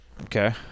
Okay